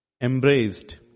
Embraced